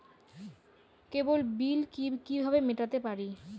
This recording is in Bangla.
কেবল বিল কিভাবে মেটাতে পারি?